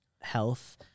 health